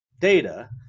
data